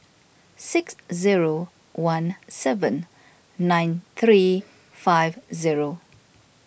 six zero one seven nine three five zero